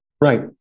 Right